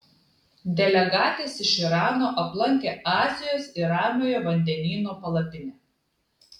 delegatės iš irano aplankė azijos ir ramiojo vandenyno palapinę